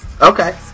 Okay